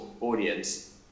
audience